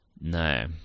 no